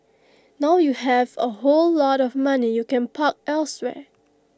now you have A whole lot of money you can park elsewhere